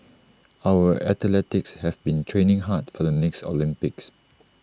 our athletes have been training hard for the next Olympics